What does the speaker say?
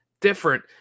different